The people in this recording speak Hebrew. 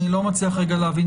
אני לא מצליח רגע להבין,